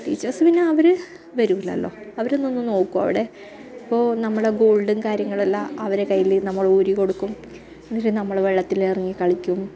teachers പിന്നെ അവർ വരില്ലല്ലോ അവർ നിന്ന് നോക്കും അവിടെ ഇപ്പോൾ നമ്മുടെ ഗോൾഡും കാര്യങ്ങളും എല്ലാം അവരെ കൈയ്യിൽ നമ്മൾ ഊരി കൊടുക്കും എന്നിട്ട് നമ്മൾ വെള്ളത്തിൽ ഇറങ്ങി കളിക്കും